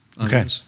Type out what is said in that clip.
Okay